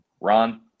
Ron